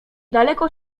daleko